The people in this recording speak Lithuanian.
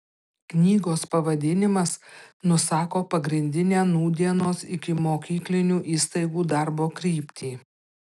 knygos pavadinimas nusako pagrindinę nūdienos ikimokyklinių įstaigų darbo kryptį